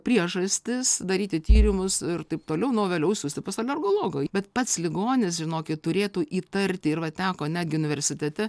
priežastis daryti tyrimus ir taip toliau nuo o vėliau siųsti pas alergologą bet pats ligonis žinokit turėtų įtarti ir va teko netgi universitete